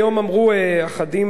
היום אמרו אחדים,